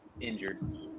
injured